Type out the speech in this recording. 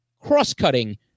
cross-cutting